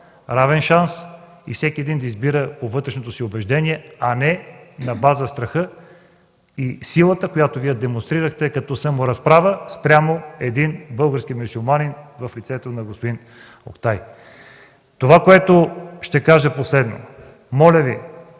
равен шанс и всеки един да избира по вътрешното си убеждение, а не на база страха и силата, която Вие демонстрирахте като саморазправа спрямо един български мюсюлманин, в лицето на господин Октай. Нека не политизираме един